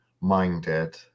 minded